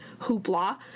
hoopla